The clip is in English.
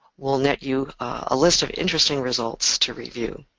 will net you a list of interesting results to review.